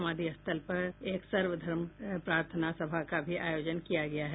समाधि स्थल पर एक सर्वधर्म प्रार्थना सभा का भी आयोजन किया गया है